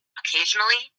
occasionally